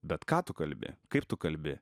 bet ką tu kalbi kaip tu kalbi